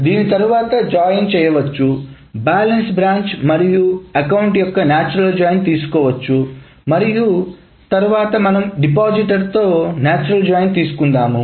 దీన్ని తర్వాత జాయిన్ చేయవచ్చు బ్యాలెన్స్ బ్రాంచ్ మరియు అకౌంట్ యొక్క నాచురల్ జాయిన్ తీసుకోవచ్చు మరియు తరువాత మనము డిపాజిటర్తో నాచురల్ జాయిన్ తీసుకుందాము